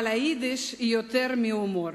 אבל היידיש היא יותר מהומור.